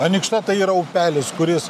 anykšta tai yra upelis kuris